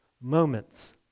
Moments